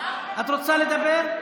את רוצה לדבר?